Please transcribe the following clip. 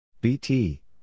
BT